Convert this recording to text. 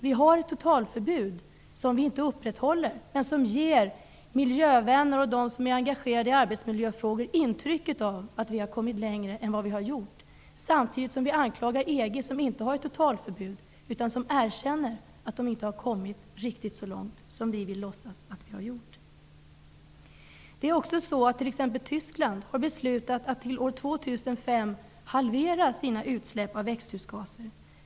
Vi har totalförbud, som vi inte upprätthåller, men som ger miljövänner och de människor som är engagerade i arbetsmiljöfrågor intryck av att vi i Sverige kommit längre än vi gjort. Samtidigt anklagar vi EG, som inte har ett totalförbud och som erkänner att de inte kommit riktigt så långt, som vi vill låtsas att vi gjort. Exempelvis i Tyskland har man beslutat att år 2005 halvera sina utsläpp av växthusgaser.